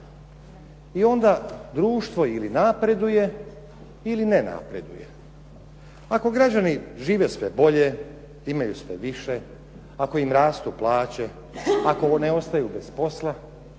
I onda društvo ili napreduje ili ne napreduje. Ako građani žive sve bolje, imaju sve više, ako im rastu plaće, ako ne ostaju bez posla,